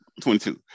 22